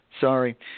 Sorry